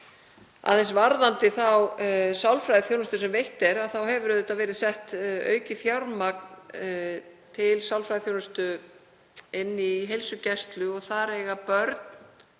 Aðeins varðandi þá sálfræðiþjónustu sem veitt er hefur auðvitað verið sett aukið fjármagn til sálfræðiþjónustu í heilsugæslu. Þar eiga börn